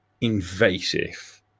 invasive